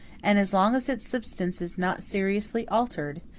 and as long as its substance is not seriously altered,